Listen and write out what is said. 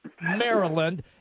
maryland